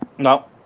not?